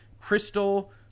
Crystal